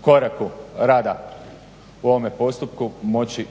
koraku rada u ovome postupku moći